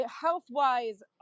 health-wise